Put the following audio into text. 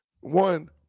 One